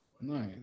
nice